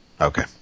Okay